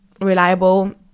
reliable